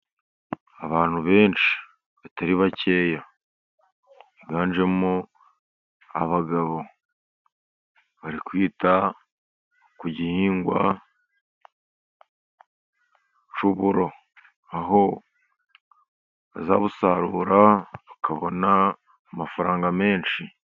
Abantu benshi batari bakeya biganjemo abagabo bari kwita ku gihingwa cy'uburo, aho bazabusarura bakabona amafaranga menshi.